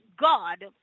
God